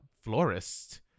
florist